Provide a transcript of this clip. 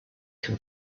can